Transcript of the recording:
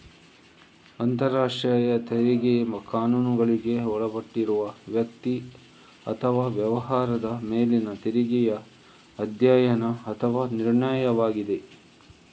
ಅಂತರರಾಷ್ಟ್ರೀಯ ತೆರಿಗೆ ಕಾನೂನುಗಳಿಗೆ ಒಳಪಟ್ಟಿರುವ ವ್ಯಕ್ತಿ ಅಥವಾ ವ್ಯವಹಾರದ ಮೇಲಿನ ತೆರಿಗೆಯ ಅಧ್ಯಯನ ಅಥವಾ ನಿರ್ಣಯವಾಗಿದೆ